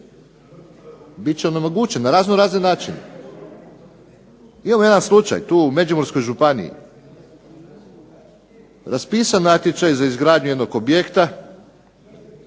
Bit će onemogućen na raznorazne načine. Imamo jedan slučaj tu u Međimurskoj županiji. Raspisan je natječaj za izgradnju jednog objekta,